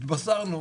התבשרנו